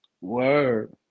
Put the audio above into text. word